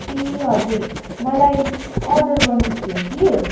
ए हजुर मलाई अर्डर गर्नु थियो कि